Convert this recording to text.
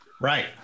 Right